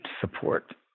support